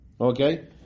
Okay